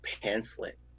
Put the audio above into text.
pamphlet